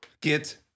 Get